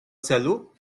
celu